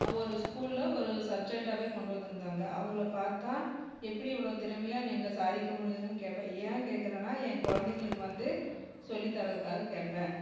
ஒரு ஸ்கூல்ல ஒரு சப்ஜெக்ட்டாகவே கொண்டு வந்திருந்தாங்க அவங்களப் பார்த்தா எப்படி இவ்வளோ திறமையாக நீங்கள் சாதிக்க முடியிதுன்னு கேட்பேன் ஏன் கேட்குறன்னா என் குழந்தைங்களுக்கு வந்து சொல்லித் தர்றதுக்காக கேட்பேன்